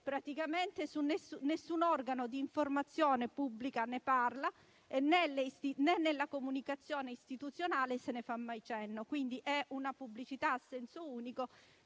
ufficiale, nessun organo di informazione pubblica ne parla e neanche nella comunicazione istituzionale se ne fa mai cenno. È una pubblicità a senso unico